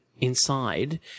inside